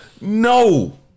No